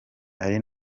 ari